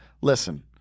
Listen